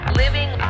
living